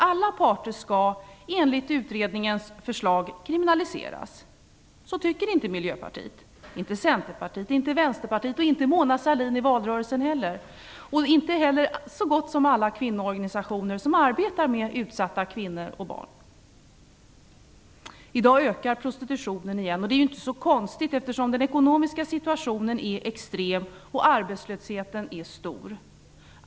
Alla parter skall, enligt utredningens förslag, kriminaliseras. Det tycker inte Miljöpartiet, inte Centerpartiet, inte Vänsterpartiet och det tyckte inte heller Mona Sahlin i valrörelsen och inte heller så gott som alla kvinnoorganisationer som arbetar med utsatta kvinnor och barn. I dag ökar prostitutionen igen, vilket inte är så konstigt eftersom den ekonomiska situationen är extrem och arbetslösheten är stor.